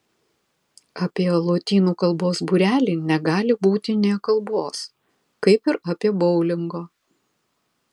apie lotynų kalbos būrelį negali būti nė kalbos kaip ir apie boulingo